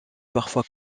parfois